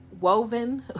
woven